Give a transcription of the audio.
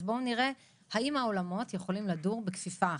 אז בואו נראה האם העולמות יכולים לדור בכפיפה אחת,